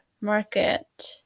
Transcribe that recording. Market